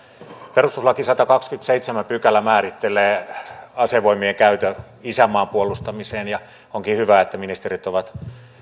perustuslain sadaskahdeskymmenesseitsemäs pykälä määrittelee asevoimien käytön isänmaan puolustamiseen ja onkin hyvä että ministerit ovat